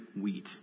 wheat